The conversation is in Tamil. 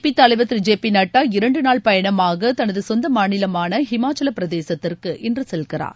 பிஜேபி தலைவர் திரு ஜே பி நட்டா இரண்டு நாள் பயணமாக தமது சொந்த மாநிலமான ஹிமாச்சல பிரதேசத்திற்கு இன்று செல்கிறார்